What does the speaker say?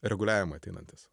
reguliavimai ateinantys